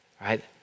right